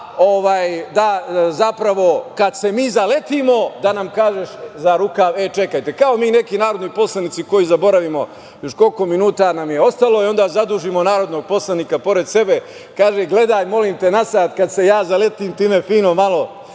je da kad se mi zaletimo, da nam kažeš čekajte. Kao mi neki narodni poslanici koji zaboravimo koliko minuta nam je ostalo i onda zadužimo narodnog poslanika pored sebe i kaže – gledaj molim te na sat, pa kada se ja zaletim ti me fino malo